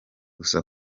gusa